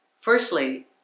Firstly